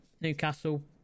Newcastle